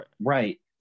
right